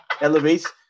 elevates